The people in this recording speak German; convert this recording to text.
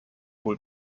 wohl